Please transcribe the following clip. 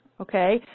okay